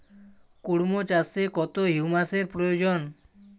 কুড়মো চাষে কত হিউমাসের প্রয়োজন?